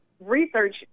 research